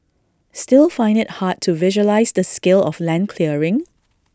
still find IT hard to visualise the scale of land clearing